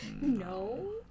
No